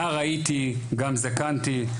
נער הייתי גם זקנתי,